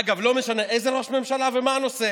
אגב, לא משנה איזה ראש ממשלה ומה הנושא.